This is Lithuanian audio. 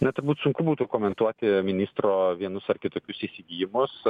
na turbūt sunku būtų komentuoti ministro vienus ar kitokius įsigijimus